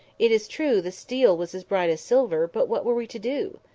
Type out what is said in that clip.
it is true the steel was as bright as silver but what were we to do?